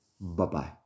Bye-bye